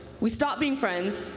we stopped being friends,